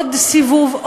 עוד סיבוב,